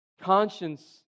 conscience